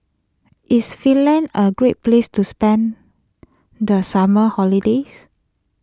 is Finland a great place to spend the summer holiday